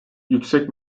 yüksek